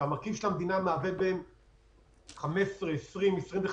שהמרכיב של המדינה מהווה בין 15% ל-25%.